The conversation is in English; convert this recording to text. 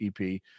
EP